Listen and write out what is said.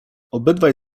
obydwaj